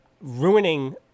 ruining